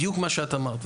בדיוק מה שאת אמרת.